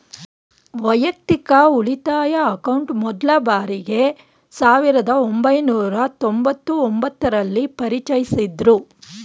ವೈಯಕ್ತಿಕ ಉಳಿತಾಯ ಅಕೌಂಟ್ ಮೊದ್ಲ ಬಾರಿಗೆ ಸಾವಿರದ ಒಂಬೈನೂರ ತೊಂಬತ್ತು ಒಂಬತ್ತು ರಲ್ಲಿ ಪರಿಚಯಿಸಿದ್ದ್ರು